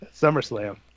SummerSlam